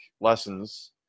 lessons